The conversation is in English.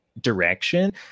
direction